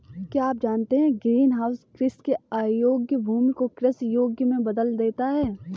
क्या आप जानते है ग्रीनहाउस कृषि के अयोग्य भूमि को कृषि योग्य भूमि में बदल देता है?